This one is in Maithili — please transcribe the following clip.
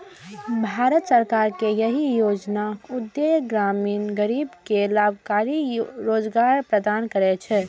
भारत सरकार के एहि योजनाक उद्देश्य ग्रामीण गरीब कें लाभकारी रोजगार प्रदान करना रहै